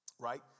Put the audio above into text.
Right